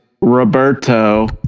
Roberto